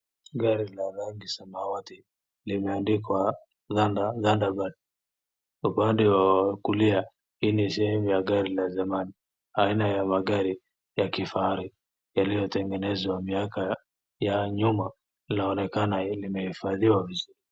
Gari la rangi samawati limeandikwa thunder bird upande wa kulia hii ni sehemu ya gari la zamani, aina ya magari ya kifahari yaliyotengenezwa miaka ya nyuma linaonekana limehifadhiwa vizuri.